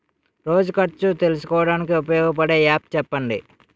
రోజు ఖర్చు తెలుసుకోవడానికి ఉపయోగపడే యాప్ చెప్పండీ?